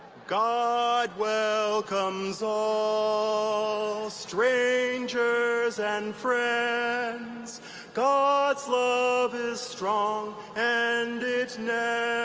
god welcomes all, strangers and friends god's love is strong and it never